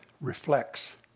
reflects